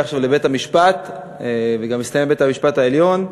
עכשיו לבית-המשפט וגם הסתיים בבית-המשפט העליון.